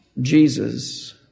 Jesus